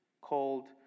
called